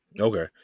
Okay